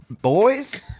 Boys